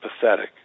pathetic